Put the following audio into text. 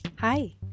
Hi